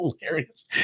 hilarious